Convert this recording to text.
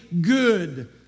good